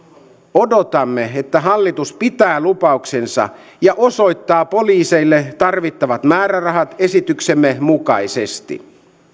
odotamme että hallitus pitää lupauksensa ja osoittaa poliiseille tarvittavat määrärahat esityksemme mukaisesti